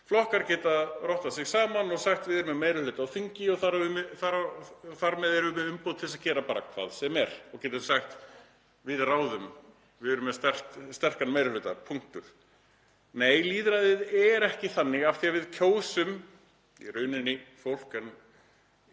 flokkar geta rottað sig saman og sagt: Við erum með meiri hluta á þingi og þar með erum við með umboð til að gera bara hvað sem er. Við ráðum, við erum með sterkan meiri hluta. Punktur. Nei, lýðræðið er ekki þannig af því að við kjósum í rauninni fólk en